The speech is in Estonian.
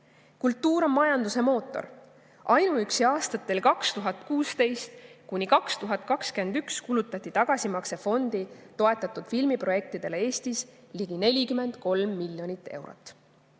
Kultuur on majanduse mootor. Ainuüksi aastatel 2016–2021 kulutati tagasimaksefondi toetatud filmiprojektidele Eestis ligi 43 miljonit eurot.